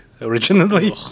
originally